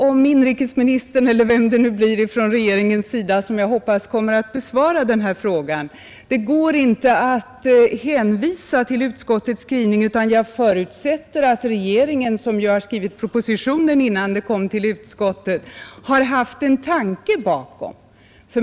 Om inrikesministern svarar, eller vem det nu blir från regeringshåll som efter vad jag hoppas kommer att besvara denna fråga, så går det inte att bara hänvisa till utskottets skrivning. Jag förutsätter att regeringen som har skrivit propositionen har haft en tanke bakom förslagen i den.